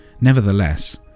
Nevertheless